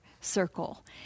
circle